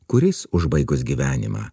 kuris užbaigus gyvenimą